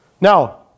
Now